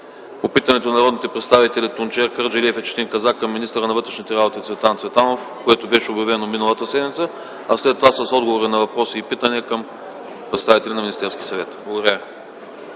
по питането на народните представители Тунчер Кърджалиев и Четин Казак към министъра на вътрешните работи Цветан Цветанов, което беше обявено миналата седмица, а след това с отговори на въпроси и питания към представители на Министерския съвет. Благодаря